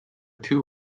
two